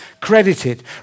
credited